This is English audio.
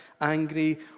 angry